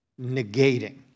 negating